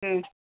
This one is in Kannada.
ಹ್ಞೂ